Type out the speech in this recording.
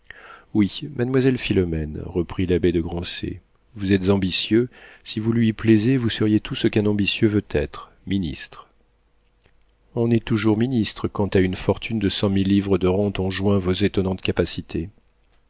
oui mademoiselle philomène reprit l'abbé de grancey vous êtes ambitieux si vous lui plaisiez vous seriez tout ce qu'un ambitieux veut être ministre on est toujours ministre quand à une fortune de cent mille livres de rentes on joint vos étonnantes capacités